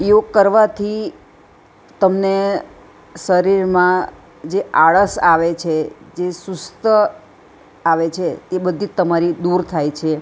યોગ કરવાથી તમને શરીરમાં જે આળસ આવે છે જે સુસ્ત આવે છે તે બધી જ તમારી દૂર થાય છે